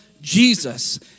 Jesus